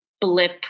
blip